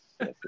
yes